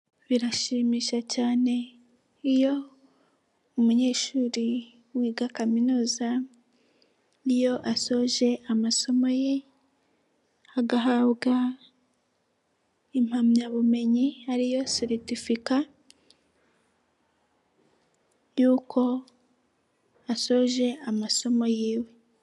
Birashimisha cyane, iyo umunyeshuri wiga kaminuza, iyo asoje amasomo ye, agahabwa, impamyabumenyi, ariyo seretifika y'uko asoje amasomo y'iwe.